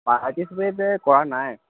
participate এই কৰা নাই